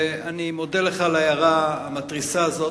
אני מודה לך על ההערה המתריסה הזאת,